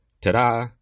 Ta-da